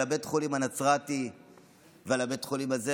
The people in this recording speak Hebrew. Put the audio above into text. בית החולים הנצרתי ועל בית החולים הזה,